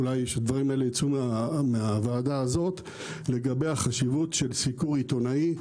אולי שהדברים האלה ייצאו מהוועדה הזאת לגבי החשיבות של סיקור עיתונאי,